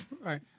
Right